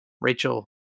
Rachel